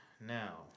Now